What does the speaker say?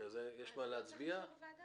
צריך להצביע על זה?